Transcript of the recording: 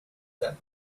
that